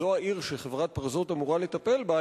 שזו העיר שחברת "פרזות" אמורה לטפל בה,